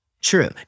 true